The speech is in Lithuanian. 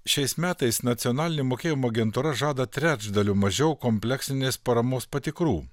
šiais metais nacionalinė mokėjimo agentūra žada trečdaliu mažiau kompleksinės paramos patikrų